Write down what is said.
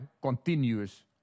continuous